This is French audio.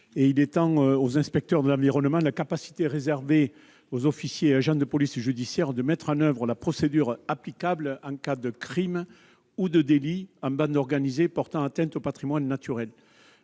tend à étendre aux inspecteurs de l'environnement la capacité réservée aux officiers et agents de police judiciaire de mettre en oeuvre la procédure applicable en cas de crimes ou de délits commis en bande organisée portant atteinte au patrimoine naturel.